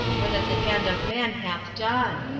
or that the hand of man hath done.